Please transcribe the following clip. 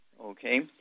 Okay